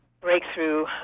breakthrough